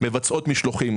מבצעות משלוחים.